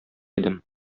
идем